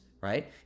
right